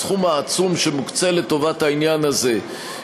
בסכום העצום שמוקצה לטובת העניין הזה,